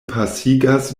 pasigas